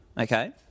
okay